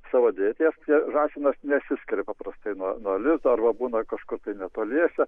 savo dėties taoi žąsinas nesiskiria paprastai nuo nuo lizdo arba būna kažkur netoliese